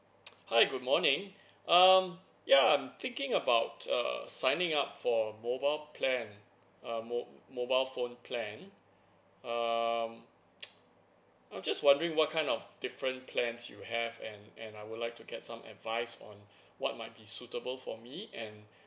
hi good morning um ya I'm thinking about uh signing up for mobile plan a mo~ mobile phone plan um I'm just wondering what kind of different plans you have and and I would like to get some advice on what might be suitable for me and